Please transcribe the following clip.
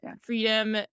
freedom